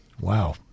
Wow